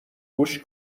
گوش